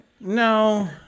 No